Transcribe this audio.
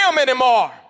anymore